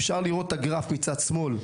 אפשר לראות את הגרף מצד שמאל,